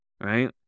Right